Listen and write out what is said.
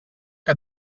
que